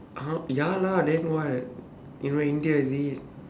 (uh huh) ya lah then what india is it